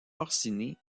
orsini